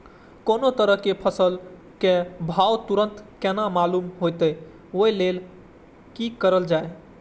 कोनो तरह के फसल के भाव तुरंत केना मालूम होते, वे के लेल की करल जाय?